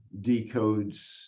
decodes